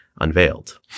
unveiled